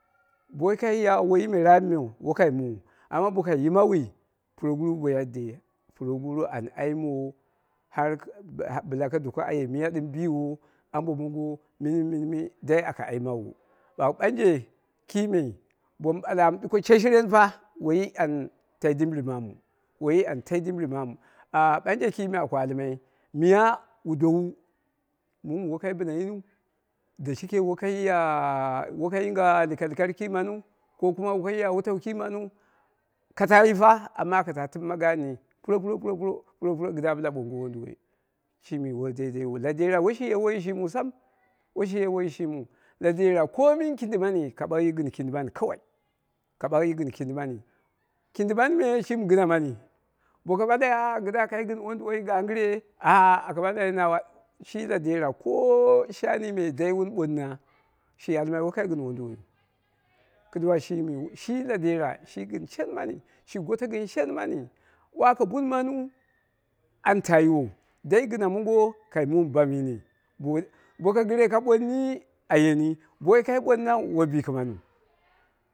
Bo wokai ya woiyi me raap meu wo kai muu amma bo kai yimawu puroguru ba yadde puroguru an aimowu har bila ka doka aye miya ɗɨm biwo, ambo mongo, minmi minmi doli aka aimawu ɓagh ɓanje kime bomu ɓale an ɗuko sheshiren fa woiyi an tai limbɨri maamu woi yi an tai dimbɨri maamu ɓanje kime aku almai miya wu dowu mum wokai bɨna yiniu da shike wokai ya yinge likalkat ki maniu, wo kai yol wutau ki mamu ka tayi fa amma aka ta timma gaani puropuro puropuron puropuro kɨdda bɨla boongo wonduwoi woi deideiyu la dera woi shi ye woi yi shim iu sam, woi shi ye woiyi shimiu kɨn da komin kindi mani ka bag hyi gɨn kindi mami, kindi mani me shimi gɨna mani boko ɓale kɨdda kai gɨn wonduwai gangɨre ah aka ɓalmaina woshi na dera ko shanii me dai wun ɓoona shi almai woi kai gin wonduwoiyu. Kɨduwa shimi shi na dera shi gɨn shen mami, shi goto gɨn shen mani, an ta yiwou dai gina mongo ka, mum bam yini boko gire ka bonni a yeni bo woi kai ɓonna woi bikimaniu.